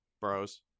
bros